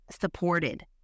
supported